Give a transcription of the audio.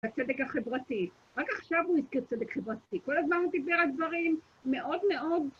הצדק החברתי. רק עכשיו הוא הזכיר צדק חברתי. כל הזמן הוא דיבר על דברים מאוד מאוד...